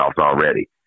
already